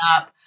up